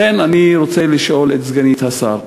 לכן אני רוצה לשאול את סגנית השר: